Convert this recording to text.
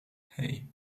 hej